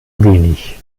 wenig